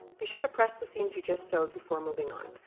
be sure to press the seams you just sewed before moving on